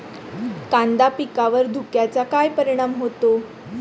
कांदा पिकावर धुक्याचा काय परिणाम होतो?